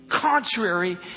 Contrary